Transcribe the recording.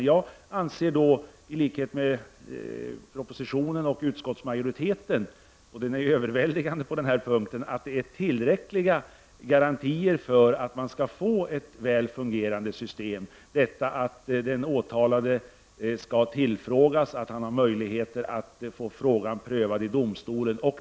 Jag anser i likhet med utskottsmajoriteten och vad som står i propositionen — det är en överväldigande majoritet på denna punkt — att det är tillräckliga garantier för att man skall få ett väl fungerande system att den åtalade skall tillfrågas och att han har möjlighet att få frågan prövad i domstol.